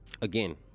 Again